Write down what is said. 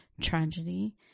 tragedy